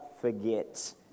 forget